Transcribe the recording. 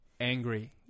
angry